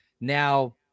Now